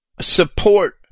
support